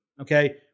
Okay